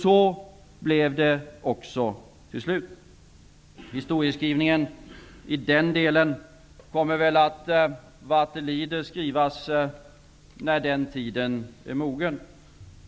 Så blev det också till slut. Historien i den delen kommer väl vad det lider, när den tiden är mogen, att skrivas.